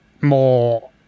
more